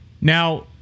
Now—